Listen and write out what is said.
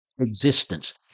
existence